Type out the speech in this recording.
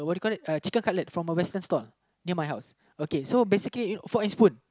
you call that chicken cutlet from a western stall near my house okay so basically fork and spoon